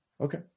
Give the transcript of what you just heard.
Okay